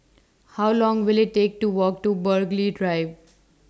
How Long Will IT Take to Walk to Burghley Drive